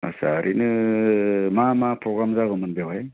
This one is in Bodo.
आथसा ओरैनो मा मा प्रग्राम जागौमोन बेवहाय